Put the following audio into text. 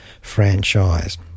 franchise